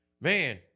Man